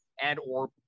and/or